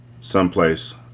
Someplace